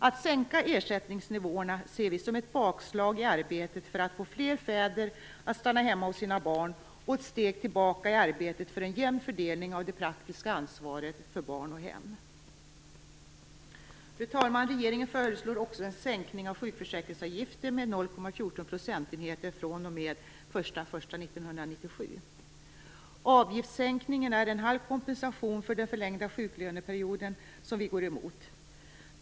Att sänka ersättningsnivåerna ser vi som ett bakslag i arbetet för att få fäder att stanna hemma hos sina barn och ett steg tillbaka i arbetet för en jämn fördelning av det praktiska ansvaret för barn och hem. Fru talman! Regeringen föreslår vidare en sänkning av sjukförsäkringsavgiften med 0,14 procentenheter den 1 januari 1997. Avgiftssänkningen är en halv kompensation för den förlängda sjuklöneperioden, som vi går emot.